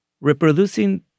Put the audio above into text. reproducing